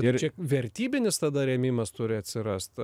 ir čia vertybinis tada rėmimas turi atsirast